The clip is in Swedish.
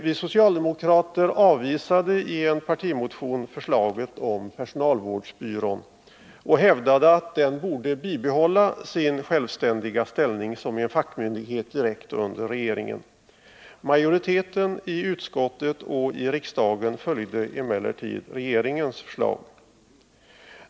Vi socialdemokrater avvisade i en partimotion förslaget om personalvårdsbyrån och hävdade att den borde bibehålla sin självständiga ställning som en fackmyndighet direkt under regeringen. Majoriteten i utskottet och i riksdagen följde emellertid regeringens förslag.